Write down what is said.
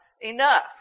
enough